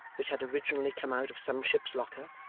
which had originally come out of some ship's locker,